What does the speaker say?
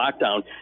lockdown